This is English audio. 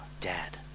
dad